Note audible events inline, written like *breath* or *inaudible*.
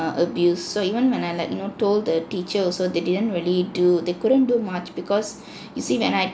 err abuse so even when I like you know told the teacher also they didn't really do they couldn't do much because *breath* you see when I